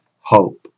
hope